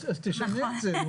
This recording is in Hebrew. אז תשנה את זה.